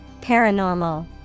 Paranormal